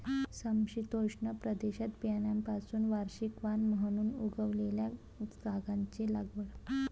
समशीतोष्ण प्रदेशात बियाण्यांपासून वार्षिक वाण म्हणून उगवलेल्या गांजाची लागवड